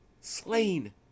slain